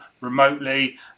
remotely